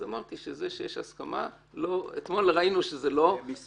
אז אמרתי שזה שיש הסכמה אתמול ראינו שאנחנו